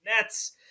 Nets